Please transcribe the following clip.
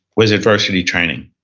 was adversity training.